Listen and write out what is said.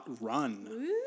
Run